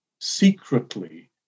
secretly